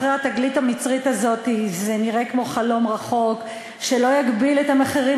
אחרי התגלית המצרית הזאת זה נראה כמו חלום רחוק שלא יגביל את המחירים